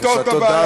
צריך לפתור את הבעיה.